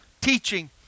teaching